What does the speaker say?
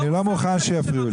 אני לא מוכן שיפריעו לי.